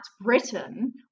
Britain